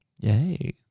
Yay